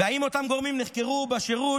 האם אותם גורמים נחקרו בשירות,